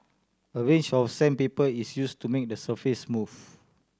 a range of sandpaper is used to make the surface smooth